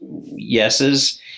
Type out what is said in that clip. yeses